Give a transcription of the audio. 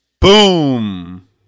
Boom